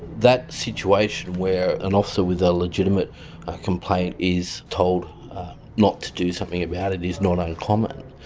that situation where an officer with a legitimate complaint is told not to do something about it is not uncommon.